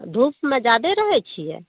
धुपमे जादे रहै छियै